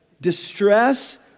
distress